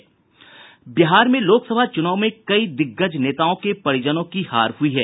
बिहार में लोक सभा चूनाव में कई दिग्गज नेताओं के परिजनों की हार हुई है